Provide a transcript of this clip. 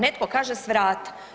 Netko kaže s vrata.